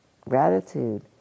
gratitude